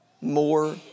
more